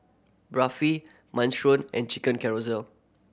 Barfi Minestrone and Chicken